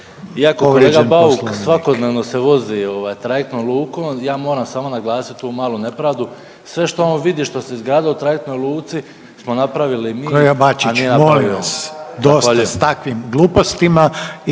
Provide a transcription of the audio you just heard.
kolega Bauk svakodnevno se vozi ovaj trajektnom lukom. Ja moram samo naglasit tu malu nepravdu, sve što on vidi i što se izgradilo u trajektnoj luci smo napravili mi, a nije napravio on. **Reiner, Željko (HDZ)** Kolega Bačić, molim vas dosta s takvim glupostima